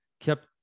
kept